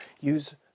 use